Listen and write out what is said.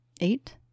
Eight